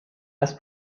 als